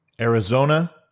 Arizona